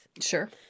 Sure